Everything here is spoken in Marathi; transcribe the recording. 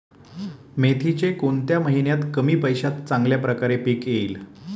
मेथीचे कोणत्या महिन्यात कमी पैशात चांगल्या प्रकारे पीक येईल?